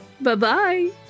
Bye-bye